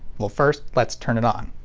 well first let's turn it on.